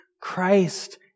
Christ